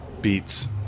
Beats